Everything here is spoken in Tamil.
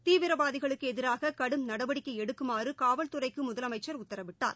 தீவிரவாதிகளுக்கு எதிராக கடும் நடவடிக்கை எடுக்குமாறு காவல்துறைக்கு முதலமைச்சர் உத்தரவிட்டார்